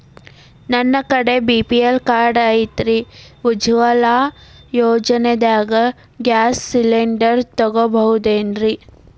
ನನ್ನ ಕಡೆ BPL card ಐತ್ರಿ, ಉಜ್ವಲಾ ಯೋಜನೆದಾಗ ಗ್ಯಾಸ್ ಸಿಲಿಂಡರ್ ತೊಗೋಬಹುದೇನ್ರಿ?